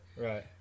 right